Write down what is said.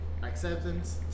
acceptance